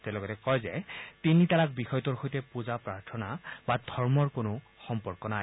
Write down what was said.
তেওঁ লগতে কয় যে তিনি তালাক বিষয়টোৰ সৈতে পূজা প্ৰাৰ্থনা বা ধৰ্মৰ কোনো সম্পৰ্ক নাই